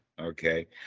okay